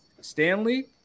Stanley